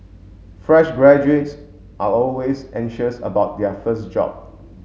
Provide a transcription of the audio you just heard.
fresh graduates are always anxious about their first job